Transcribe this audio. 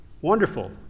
Wonderful